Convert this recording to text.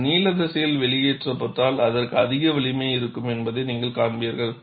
இது நீள திசையில் வெளியேற்றப்பட்டால் அதற்கு அதிக வலிமை இருக்கும் என்பதை நீங்கள் காண்பீர்கள்